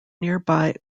nearby